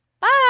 Bye